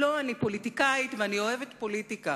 לא, אני פוליטיקאית ואני אוהבת פוליטיקה.